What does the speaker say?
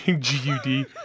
G-U-D